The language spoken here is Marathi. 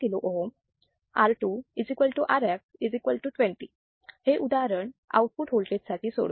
R2 Rf 20 हे उदाहरण आउटपुट वोल्टेज साठी सोडवा